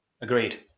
Agreed